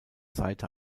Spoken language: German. seite